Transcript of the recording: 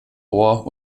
ohr